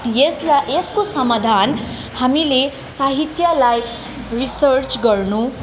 यसलाई यसको समाधान हामीले साहित्यलाई रिसर्च गर्नु